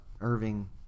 Irving